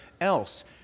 else